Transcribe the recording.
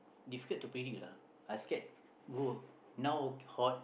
difficult to predict lah I scared go now hot